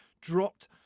dropped